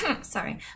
sorry